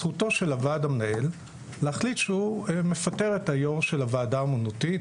זכותו של הוועד המנהל להחליט שהוא מפטר את היו"ר של הוועדה האמנותית,